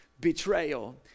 betrayal